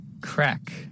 Crack